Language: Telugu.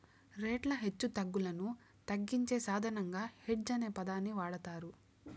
రేట్ల హెచ్చుతగ్గులను తగ్గించే సాధనంగా హెడ్జ్ అనే పదాన్ని వాడతారు